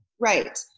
Right